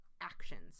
actions